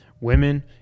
women